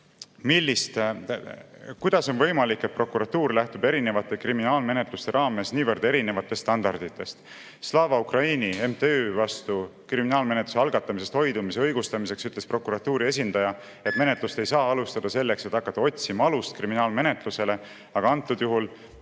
Teiseks, kuidas on võimalik, et prokuratuur lähtub erinevate kriminaalmenetluste raames niivõrd erinevatest standarditest? Slava Ukraini MTÜ vastu kriminaalmenetluse algatamisest hoidumise õigustamiseks ütles prokuratuuri esindaja, et menetlust ei saa alustada selleks, et hakata otsima alust kriminaalmenetlusele, aga antud juhul